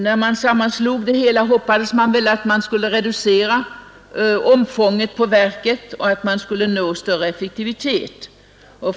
När man sammanslog det hela, hoppades man väl, att man skulle kunna reducera omfånget av verket och nå större effektivitet.